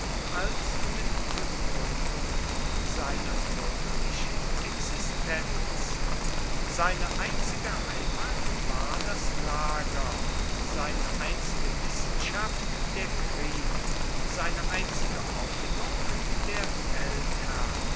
als mit begründung seiner bürgerlichen existenz seine einzige heimat war das lager seine einzige wissenschaft der krieg seine einzige hoffnung der feldherr